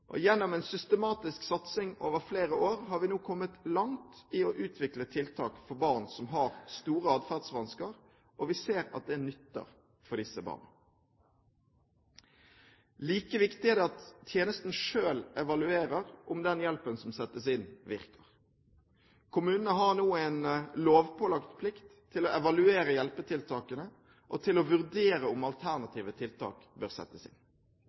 Gjennom en systematisk satsing over flere år har vi nå kommet langt i å utvikle tiltak for barn som har store atferdsvansker, og vi ser at det nytter for disse barna. Like viktig er det at tjenesten selv evaluerer om den hjelpen som settes inn, virker. Kommunene har nå en lovpålagt plikt til å evaluere hjelpetiltakene og til å vurdere om alternative tiltak bør settes inn.